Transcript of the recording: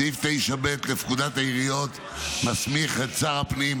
סעיף 9ב לפקודת העיריות מסמיך את שר הפנים,